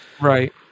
right